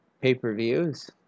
pay-per-views